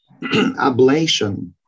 ablation